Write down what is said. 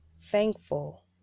thankful